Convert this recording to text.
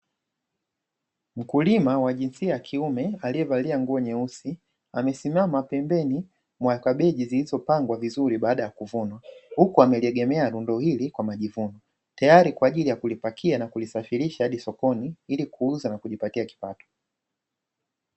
Mkulima wa jinsia ya kiume aliyevalia nguo nyeusi, amesimama pembeni mwa kabeji zilizopangwa vizuri baada ya kuvunwa, huku ameliegemea lundo hili kwa majivuno, tayari kwa ajili ya kulipakia na kulisafirisha hadi sokoni, ili kuuza na kujipatia kipato.